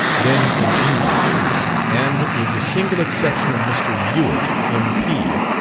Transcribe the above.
then in english and, with the single exception of mr. ewart, m p,